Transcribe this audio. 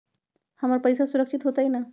हमर पईसा सुरक्षित होतई न?